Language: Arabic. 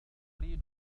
تريد